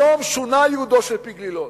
היום שונה ייעודו של פי-גלילות.